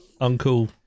Uncle